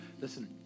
Listen